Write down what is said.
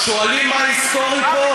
שואלים מה היסטורי פה?